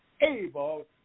able